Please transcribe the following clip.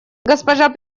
госпожа